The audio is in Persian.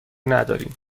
نداریم